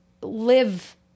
live